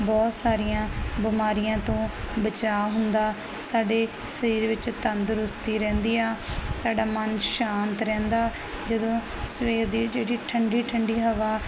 ਬਹੁਤ ਸਾਰੀਆਂ ਬਿਮਾਰੀਆਂ ਤੋਂ ਬਚਾਅ ਹੁੰਦਾ ਸਾਡੇ ਸਰੀਰ ਵਿੱਚ ਤੰਦਰੁਸਤੀ ਰਹਿੰਦੀ ਆ ਸਾਡਾ ਮਨ ਸ਼ਾਂਤ ਰਹਿੰਦਾ ਜਦੋਂ ਸਵੇਰ ਦੀ ਜਿਹੜੀ ਠੰਡੀ ਠੰਡੀ ਹਵਾ